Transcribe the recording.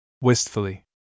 Wistfully